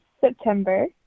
September